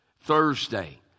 Thursday